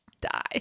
die